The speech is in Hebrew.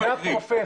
אני מקריא.